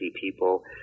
people